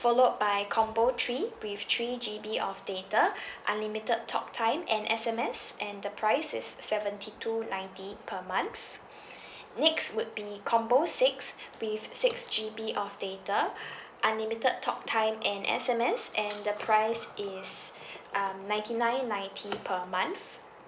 followed by combo three with three G_B of data unlimited talk time and S_M_S and the price is seventy two ninety per month next would be combo six with six G_B of data unlimited talk time and S_M_S and the price is um ninety nine ninety per month